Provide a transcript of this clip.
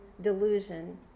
delusion